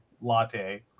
latte